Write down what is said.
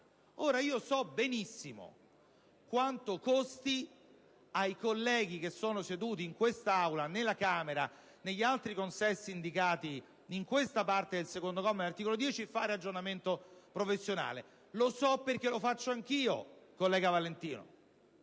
«casta»? So benissimo quanto costi ai colleghi che sono seduti in quest'Aula, nella Camera e negli altri consessi indicati in questa parte del comma 2 dell'articolo 10 fare aggiornamento professionale; lo so, perché lo faccio anch'io, collega Valentino,